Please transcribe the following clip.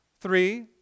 Three